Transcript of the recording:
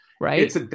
Right